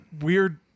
weird